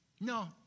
No